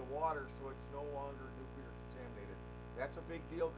the water that's a big deal